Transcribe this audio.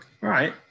right